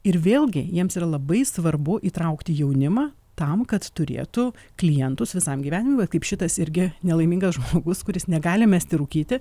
ir vėlgi jiems yra labai svarbu įtraukti jaunimą tam kad turėtų klientus visam gyvenimui va kaip šitas irgi nelaimingas žmogus kuris negali mesti rūkyti